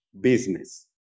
business